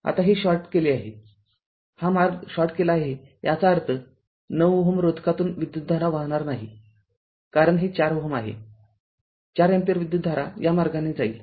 आता हे शॉर्ट केले आहे हा मार्ग शॉर्ट केला आहे याचा अर्थ ९Ω रोधकातून विद्युतधारा वाहणार नाही कारण हे ४Ω आहे ४ अँपिअर विद्युतधारा या मार्गाने जाईल